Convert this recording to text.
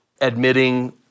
admitting